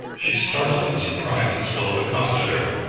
she started in surprise as philip accosted her.